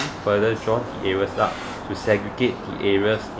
further draw the areas up to segregate areas